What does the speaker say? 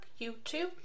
YouTube